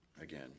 again